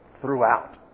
throughout